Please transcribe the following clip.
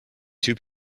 two